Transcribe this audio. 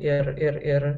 ir ir ir